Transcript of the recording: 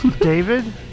David